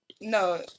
No